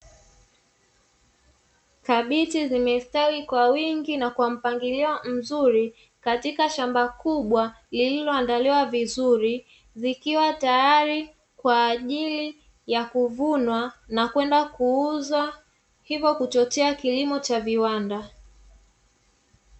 Kabichi zimestawi kwa wingi na kwa mpangilio mzuri katika shamba kubwa lilioandaliwa vizuri, likiwa tayari kwa ajili ya kuvunwa na kwenda kuuzwa hivyo kuchochea kilimo cha viwanda.